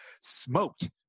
smoked